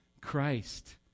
Christ